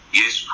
yes